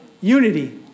unity